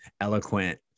eloquent